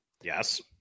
Yes